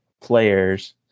players